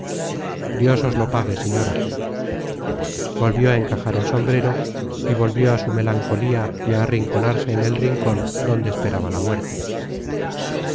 dios os lo pague señora volvió á encajar el sombrero y volvió a su melancolía y á arrinconarse en el rincon donde esperaba la muerte